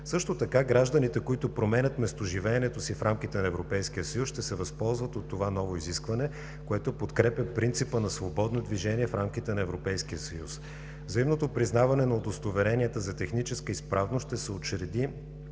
Също така гражданите, които променят местоживеенето си в рамките на Европейския съюз, ще се възползват от това ново изискване, което подкрепя принципа на свободно движение в рамките на Европейския съюз. Взаимното признаване на удостоверенията за техническа изправност ще се уреди